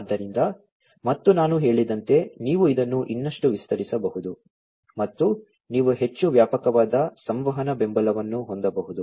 ಆದ್ದರಿಂದ ಮತ್ತು ನಾನು ಹೇಳಿದಂತೆ ನೀವು ಇದನ್ನು ಇನ್ನಷ್ಟು ವಿಸ್ತರಿಸಬಹುದು ಮತ್ತು ನೀವು ಹೆಚ್ಚು ವ್ಯಾಪಕವಾದ ಸಂವಹನ ಬೆಂಬಲವನ್ನು ಹೊಂದಬಹುದು